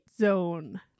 zone